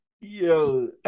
Yo